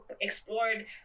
explored